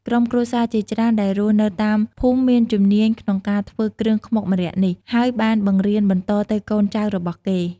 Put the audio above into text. ក្រុមគ្រួសារជាច្រើនដែលរស់នៅតាមភូមិមានជំនាញក្នុងការធ្វើគ្រឿងខ្មុកម្រ័ក្សណ៍នេះ ហើយបានបង្រៀនបន្តទៅកូនចៅរបស់គេ។